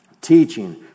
teaching